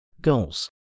goals